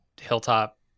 Hilltop